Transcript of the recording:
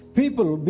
people